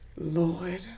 lord